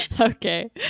Okay